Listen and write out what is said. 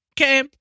Okay